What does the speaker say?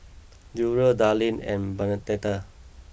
Durrell Darleen and Bernadette